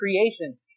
creation